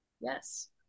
Yes